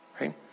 right